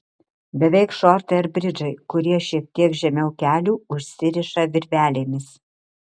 beveik šortai ar bridžai kurie šiek tiek žemiau kelių užsiriša virvelėmis